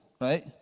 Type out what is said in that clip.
right